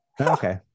Okay